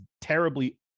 terribly